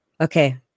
Okay